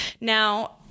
Now